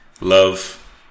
Love